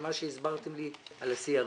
וממה שהסברתם לי על ה-CRS,